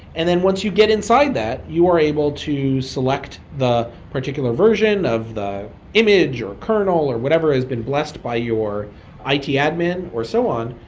and then once you get inside that, you are able to select the particular version of the image or kernel or whatever has been blessed by your it admin or so on.